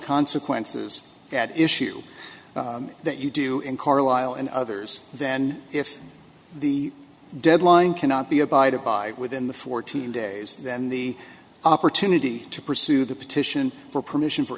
consequences that issue that you do in carlisle and others then if the deadline cannot be abided by within the fourteen days then the opportunity to pursue the petition for permission for